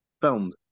filmed